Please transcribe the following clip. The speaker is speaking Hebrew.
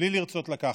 בלי לרצות לקחת,